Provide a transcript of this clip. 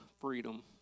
freedom